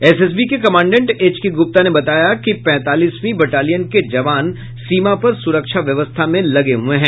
SSB के commandant H K Gupta ने बताया कि पैंतालीसवीं बटालियन के जवान सीमा पर सुरक्षा व्यवस्था में लगे हुये हैं